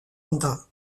rwanda